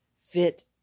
fit